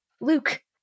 Luke